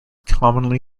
commonly